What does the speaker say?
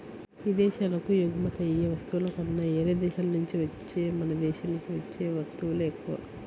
ఇదేశాలకు ఎగుమతయ్యే వస్తువుల కన్నా యేరే దేశాల నుంచే మన దేశానికి వచ్చే వత్తువులే ఎక్కువ